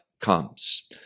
comes